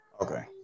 Okay